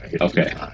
Okay